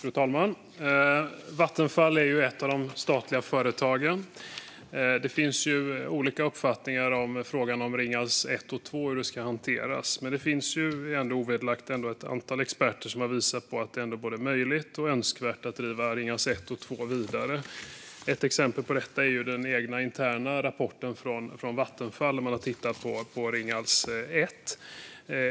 Fru talman! Vattenfall är ett av de statliga företagen. Det finns olika uppfattningar om hur frågan om Ringhals 1 och 2 ska hanteras, men det finns ovedersägligt ett antal experter som har visat att det är både möjligt och önskvärt att driva Ringhals 1 och 2 vidare. Ett exempel på detta är den egna interna rapporten från Vattenfall, där man har tittat på Ringhals 1.